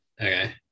Okay